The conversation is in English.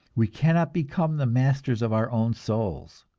we cannot become the masters of our own souls.